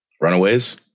Runaways